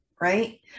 right